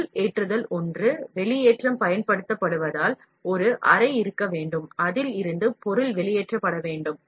அதில் ஒன்று பொருள் ஏற்றுதல் வெளியேற்றம் பயன்படுத்தப்படுவதால் ஒரு அறை இருக்க வேண்டும் அதில் இருந்து பொருள் வெளியேற்றப்பட வேண்டும்